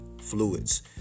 fluids